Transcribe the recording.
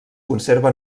conserva